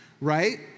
right